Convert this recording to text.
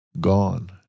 gone